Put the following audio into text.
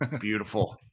beautiful